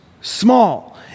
small